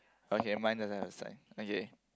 okay mine doesn't have side okay